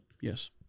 Yes